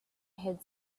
had